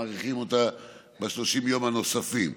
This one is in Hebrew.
אנחנו מאריכים אותה ב-30 יום נוספים.